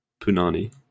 punani